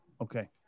Okay